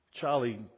Charlie